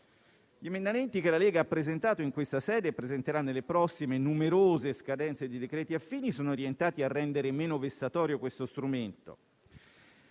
Gli emendamenti, che la Lega ha presentato in questa sede e che presenterà in occasione delle prossime numerose scadenze di decreti affini, sono orientati a rendere meno vessatorio questo strumento.